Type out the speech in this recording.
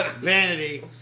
Vanity